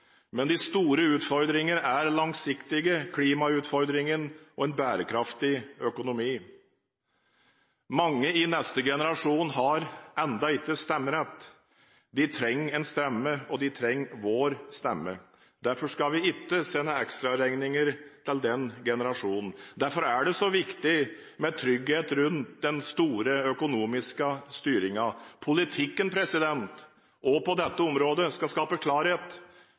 Men de store utfordringer er langsiktige: klimautfordringen og en bærekraftig økonomi. Mange i neste generasjon har ennå ikke stemmerett. De trenger en stemme, og de trenger vår stemme. Derfor skal vi ikke sende ekstraregninger til den generasjonen. Derfor er det så viktig med trygghet rundt den store økonomiske styringen. Politikken også på dette området skal skape klarhet,